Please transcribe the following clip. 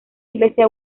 iglesia